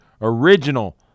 original